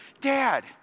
Dad